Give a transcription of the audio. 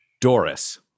doris